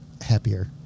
happier